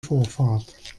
vorfahrt